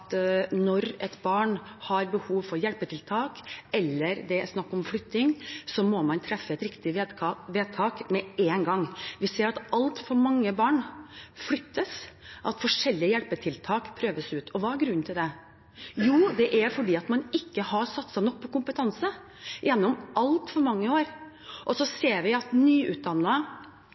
når et barn har behov for hjelpetiltak eller det er snakk om flytting, må man treffe riktig vedtak med en gang. Vi ser at altfor mange barn flyttes, og at forskjellige hjelpetiltak prøves ut. Hva er grunnen til det? Jo, det er at man gjennom altfor mange år ikke har satset nok på kompetanse. Vi ser at nyutdannede barnevernspedagoger med treårig utdannelse rykker ut til svært vanskelige og